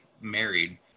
married